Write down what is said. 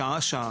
שעה-שעה.